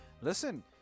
listen